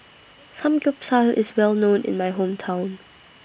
Samgeyopsal IS Well known in My Hometown